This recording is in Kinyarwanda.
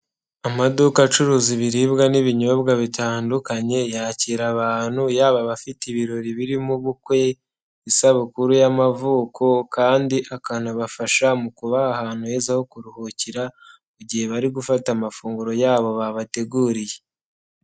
Amaduka acuruza ibiribwa n'ibinyobwa bitandukanye, yakira abantu, yaba afite ibirori birimo ubukwe, isabukuru y'amavuko, kandi akanabafasha mu kubaha ahantu heza ho kuruhukira, igihe bari gufata amafunguro yabo babateguriye.